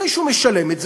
אחרי שהוא משלם את זה,